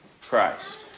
Christ